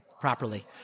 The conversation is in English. properly